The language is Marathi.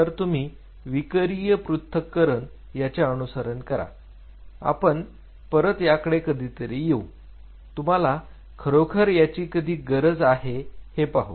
तर तुम्ही विकरिय पृथक्करण याचे अनुसरण करा आपण परत याकडे कधीतरी येऊ तुम्हाला खरोखर याची कधी गरज आहे हे पाहू